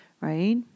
right